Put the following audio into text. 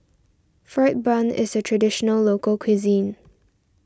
Fried Bun is a Traditional Local Cuisine